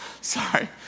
Sorry